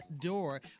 door